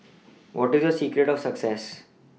what is your secret of success